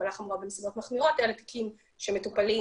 חבלה חמורה בנסיבות מחמירות, אלה תיקים שמטופלים